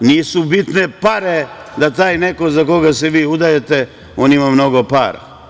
nisu bitne pare, da taj neko za koga se vi udajete ima mnogo para.